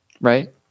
right